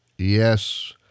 Yes